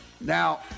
Now